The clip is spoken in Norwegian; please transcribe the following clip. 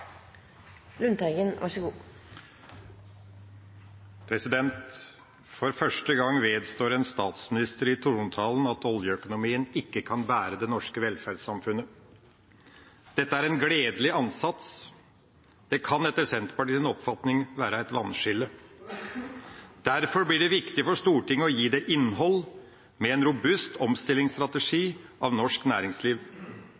For første gang vedstår en statsminister i trontalen at oljeøkonomien ikke kan bære det norske velferdssamfunnet. Dette er en gledelig ansats. Det kan etter Senterpartiets oppfatning være et vannskille. Derfor blir det viktig for Stortinget å gi det innhold, med en robust